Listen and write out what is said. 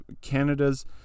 canada's